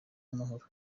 amahoro